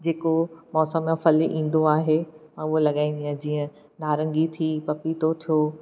जेको मौसम जो फल ईंदो आहे मां उहा लॻाईंदी आहियां जीअं नारंगी थी पपीतो थियो